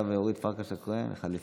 אתה, ואורית פרקש הכהן אחת לפניך.